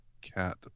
Cat